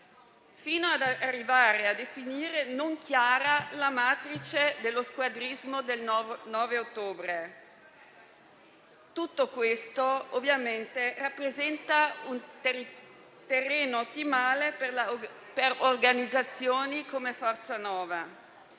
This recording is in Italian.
fino ad arrivare a definire «non chiara» la matrice dello squadrismo del 9 ottobre. Tutto questo ovviamente rappresenta un terreno ottimale per organizzazioni come Forza Nuova,